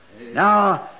Now